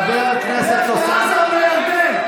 לך לעזה או לירדן.